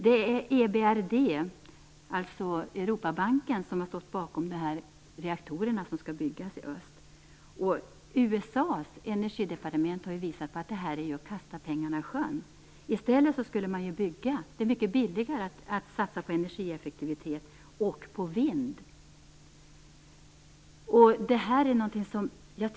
Det är EBRD, alltså europabanken, som har stått bakom de reaktorer som skall byggas i öst. USA:s energidepartement har visat att detta är att kasta pengarna i sjön. I stället borde man satsa på energieffektivitet och på vind, eftersom det är mycket billigare.